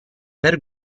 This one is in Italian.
per